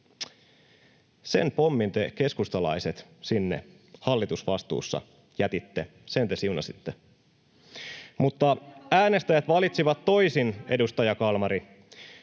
Sen pommin te keskustalaiset sinne hallitusvastuussa jätitte. Sen te siunasitte. [Anne Kalmarin välihuuto] — Mutta äänestäjät valitsivat toisin, edustaja Kalmari.